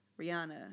Rihanna